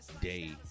day